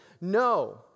no